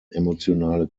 emotionale